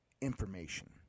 information